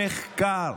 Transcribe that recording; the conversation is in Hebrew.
המחקר,